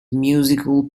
musical